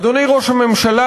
אדוני ראש הממשלה,